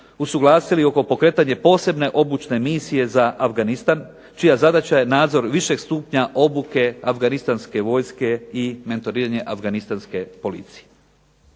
usuglasili oko pokretanja posebne obučne misije za Afganistan čija zadaća je nadzor višeg stupnja obuke afganistanske vojske i mentoriranje afganistanske policije.